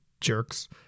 jerks